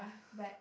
but